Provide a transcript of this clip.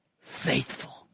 faithful